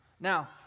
Now